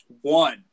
One